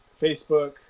Facebook